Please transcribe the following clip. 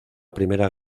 primera